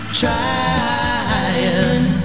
trying